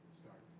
start